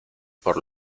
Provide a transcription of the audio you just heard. por